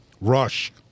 Rush